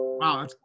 Wow